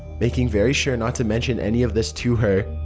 making very sure not to mention any of this to her.